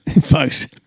Folks